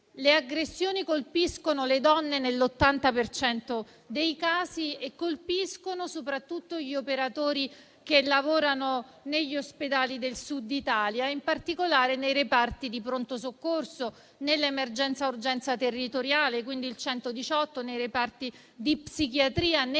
Le aggressioni colpiscono le donne nell'80 per cento dei casi e colpiscono soprattutto gli operatori che lavorano negli ospedali del Sud Italia e in particolare nei reparti di pronto soccorso, nell'emergenza urgenza territoriale - quindi il 118 -, nei reparti di psichiatria,